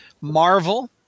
Marvel